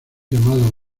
llamados